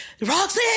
Roxy